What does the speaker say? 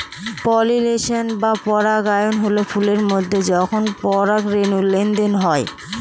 pollination বা পরাগায়ন হল ফুলের মধ্যে যখন পরাগরেনুর লেনদেন হয়